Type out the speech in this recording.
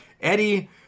Eddie